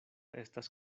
estas